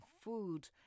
food